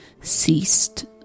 ceased